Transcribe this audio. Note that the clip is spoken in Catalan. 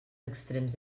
extrems